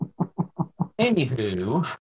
Anywho